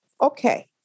Okay